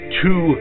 two